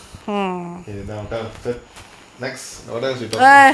okay in the whatever said next what a say to talk